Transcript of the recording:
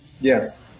Yes